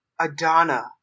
Adana